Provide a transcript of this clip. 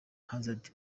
hazard